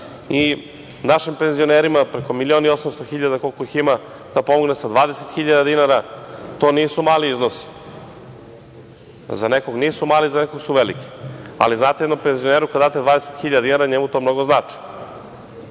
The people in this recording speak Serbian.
i našim penzionerima preko 1.800.000 koliko ih ima da pomogne sa 20.000 dinara. To nisu mali iznosi. Za nekog nisu mali, za nekog su veliki. Ali, znate, kada jednom penzioneru date 20.000 dinara njemu to mnogo znači.